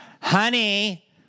honey